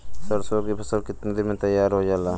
सरसों की फसल कितने दिन में तैयार हो जाला?